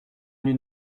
tenu